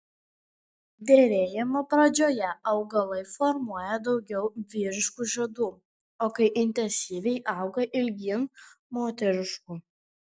derėjimo pradžioje augalai formuoja daugiau vyriškų žiedų o kai intensyviai auga ilgyn moteriškų